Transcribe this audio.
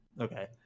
Okay